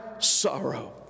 Sorrow